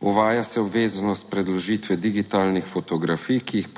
Uvaja se obveznost predložitve digitalnih fotografij, ki jih